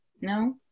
no